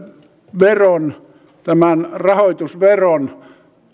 veron tämän rahoitusveron